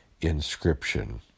inscription